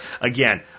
again